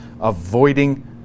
avoiding